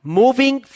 moving